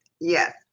Yes